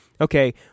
okay